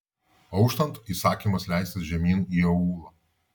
auštant įsakymas leistis žemyn į aūlą